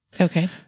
Okay